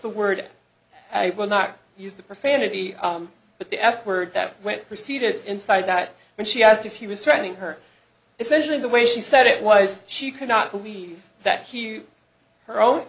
the word i will not use the profanity but the f word that went preceded inside that when she asked if he was threatening her essentially the way she said it was she could not believe that her own